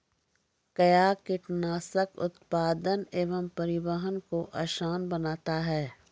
कया कीटनासक उत्पादन व परिवहन को आसान बनता हैं?